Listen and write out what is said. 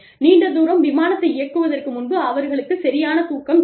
நீண்ட தூரம் விமானத்தை இயக்குவதற்கு முன்பு அவர்களுக்குச் சரியான தூக்கம் தேவை